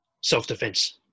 self-defense